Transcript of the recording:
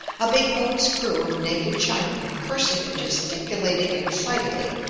a big boat's crew of naked chinamen cursing and gesticulating excitedly,